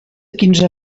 quinze